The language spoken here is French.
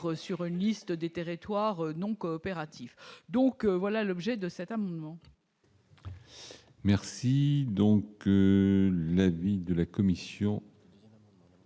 sur une liste des territoires non-coopératifs, donc voilà l'objet de cet amendement. Merci donc lundi de la commission.